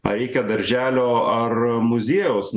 ar reikia darželio ar muziejaus